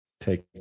take